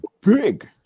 Big